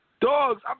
Dogs